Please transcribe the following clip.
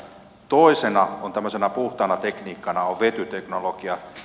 toisena tämmöisenä puhtaana tekniikkana on vetyteknologia